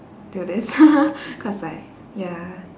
do this cause like ya